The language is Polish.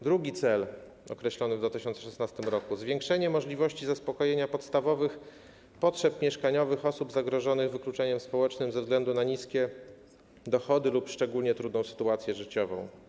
Drugi cel określony w 2016 r. to zwiększenie możliwości zaspokojenia podstawowych potrzeb mieszkaniowych osób zagrożonych wykluczeniem społecznym ze względu na niskie dochody lub szczególnie trudną sytuację życiową.